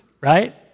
right